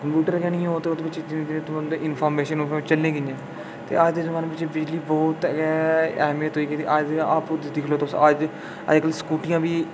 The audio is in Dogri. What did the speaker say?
कंप्यूटर गै निं होग ते ओह्दे बिच तुं'दी इंफर्मेशन ओह्दे बिच चलनी कि'यां ते अज्ज दे जमान्ने बिच बिजली बहोत गै अहमियत होई गेदी अज्ज आपूं दिक्खी लैओ तुस अज्ज तू स्कूटियां बी